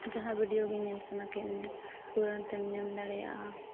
ᱡᱟᱦᱟᱸ ᱜᱮ ᱧᱮᱞ ᱥᱟᱱᱟ ᱠᱮᱫ ᱢᱮᱭᱟ ᱛᱩᱨᱟᱸᱛ ᱮᱢ ᱧᱮᱞ ᱫᱟᱲᱮᱭᱟᱜᱼᱟ